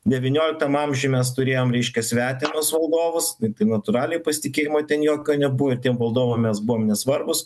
devynioliktam amžiuje mes turėjom reiškia svetimus valdovus nu tai natūraliai pasitikėjimo ten jokio nebuvo tiem valdovam mes buvom nesvarbūs